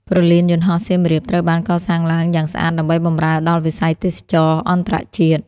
ព្រលានយន្តហោះសៀមរាបត្រូវបានកសាងឡើងយ៉ាងស្អាតដើម្បីបម្រើដល់វិស័យទេសចរណ៍អន្តរជាតិ។